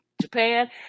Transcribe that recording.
japan